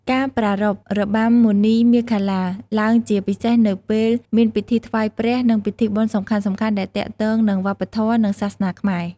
ការប្រារព្ធ របាំមុនីមាឃលា ឡើងជាពិសេសនៅពេលមានពិធីថ្វាយព្រះ និងពិធីបុណ្យសំខាន់ៗដែលទាក់ទងនឹងវប្បធម៌ និងសាសនាខ្មែរ។